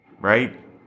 right